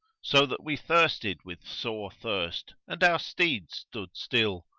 so that we thirsted with sore thirst and our steeds stood still.